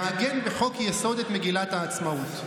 לעגן בחוק-יסוד את מגילת העצמאות.